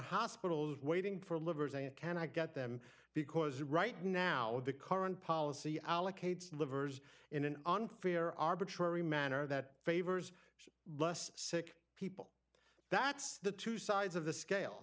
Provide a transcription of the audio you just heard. hospitals waiting for livers and can i get them because right now the current policy allocates livers in an unfair arbitrary manner that favors less sick people that's the two sides of the scale